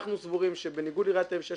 אנחנו סבורים שבניגוד לעיריית תל אביב שיש